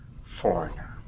foreigner